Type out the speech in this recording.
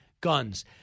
guns